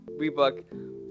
rebook